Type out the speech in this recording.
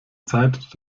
zeit